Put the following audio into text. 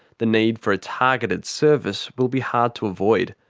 the need for a targeted service will be hard to avoid.